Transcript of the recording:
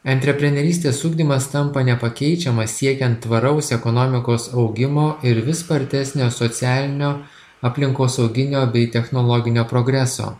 antreprenerystės ugdymas tampa nepakeičiamas siekiant tvaraus ekonomikos augimo ir vis spartesnio socialinio aplinkosauginio bei technologinio progreso